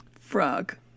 frog